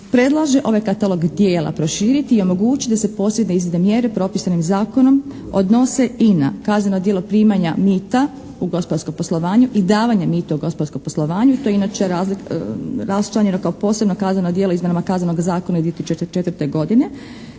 predlaže ovaj katalog tijela proširiti i omogućiti da se posebne iznimne mjere propisane zakonom odnose i na kazneno djelo primanja mita u gospodarskom poslovanju i davanja mita u gospodarskom poslovanju i davanja mita u gospodarskom poslovanju, to je inače raščlanjeno kao posebno kazneno djelo izmjenama Kaznenog zakona iz 2004. godine,